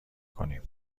کنیم